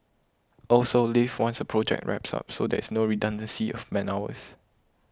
also leave once a project wraps up so there is no redundancy of man hours